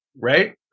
Right